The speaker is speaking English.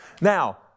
Now